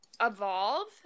evolve